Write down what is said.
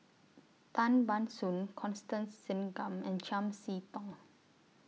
Tan Ban Soon Constance Singam and Chiam See Tong